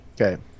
Okay